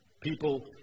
People